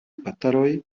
bataloj